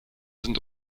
sind